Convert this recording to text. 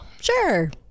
sure